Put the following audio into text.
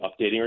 updating